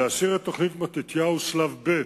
ולהשאיר את תוכנית מתתיהו שלב ב'